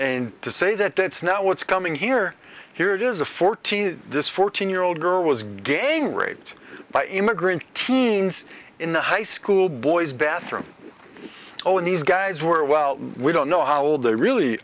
and to say that that's not what's coming here here it is a fourteen this fourteen year old girl was gang raped by immigrant teens in the high school boys bathroom oh these guys were well we don't know how old they really